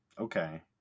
Okay